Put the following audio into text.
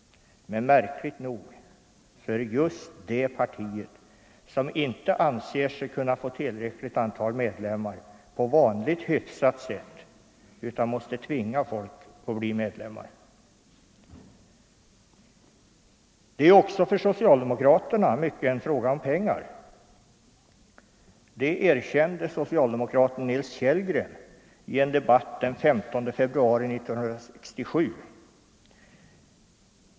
Men märkligt nog är det just det partiet som inte anser sig kunna få tillräckligt antal medlemmar på vanligt, hyfsat sätt utan måste tvinga folk att bli medlemmar. Det är också för socialdemokraterna mycket en fråga om pengar. Det erkände socialdemokraten Nils Kellgren i debatt i andra kammaren den 15 februari 1967.